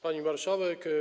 Pani Marszałek!